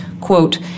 quote